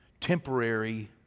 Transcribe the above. temporary